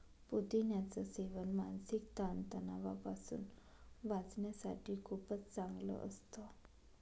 पुदिन्याच सेवन मानसिक ताण तणावापासून वाचण्यासाठी खूपच चांगलं असतं